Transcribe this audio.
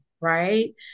right